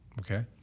Okay